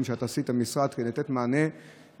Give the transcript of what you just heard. שאת עשית במשרד כדי לתת מענה לביקוש.